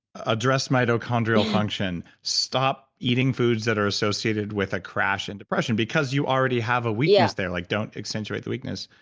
address mitochondrial function. stop eating foods that are associated with a crash and depression, because you already have a weakness there, like don't accentuate the weakness.